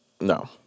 no